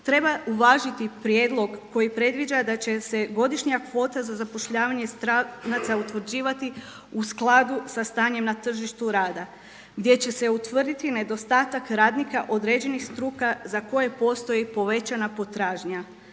Treba uvažiti prijedlog koji predviđa da će se godišnja kvota za zapošljavanje stranaca utvrđivati u skladu sa stanjem na tržištu rada gdje će se utvrditi nedostatak radnika određenih struka za koje postoji povećana potražnja.